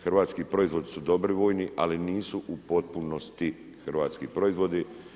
Hrvatski proizvodi su dobri vojni, ali nisu u potpunosti hrvatski proizvodi.